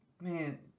Man